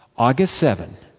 august seven,